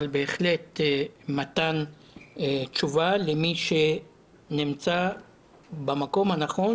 אבל בהחלט מתן תשובה למי שנמצא במקום הנכון